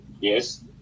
yes